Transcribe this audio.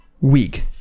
week